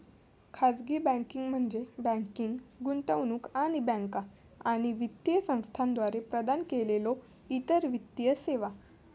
खाजगी बँकिंग म्हणजे बँकिंग, गुंतवणूक आणि बँका आणि वित्तीय संस्थांद्वारा प्रदान केलेल्यो इतर वित्तीय सेवा